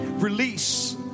Release